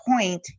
point